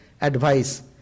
advice